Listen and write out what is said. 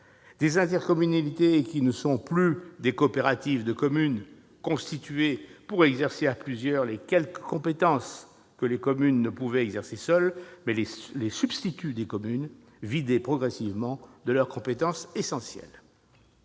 Les intercommunalités ne sont plus des coopératives de communes constituées pour exercer à plusieurs les quelques compétences que les communes ne pouvaient exercer seules, mais les substituts de communes vidées progressivement de leurs compétences essentielles.